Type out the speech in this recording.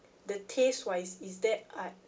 the taste wise is that art